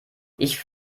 ich